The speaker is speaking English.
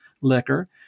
liquor